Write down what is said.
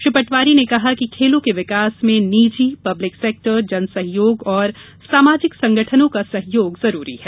श्री पटवारी ने कहा कि विकास में निजी पब्लिक सेक्टर जन सहयोग तथा सामाजिक संगठनों का सहयोग आवश्यक है